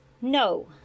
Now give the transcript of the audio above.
No